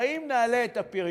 הרי אם נעלה את הפריון,